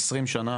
20 שנה